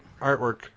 artwork